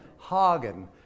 Hagen